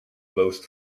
most